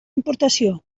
importació